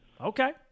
Okay